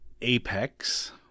apex